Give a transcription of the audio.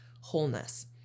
wholeness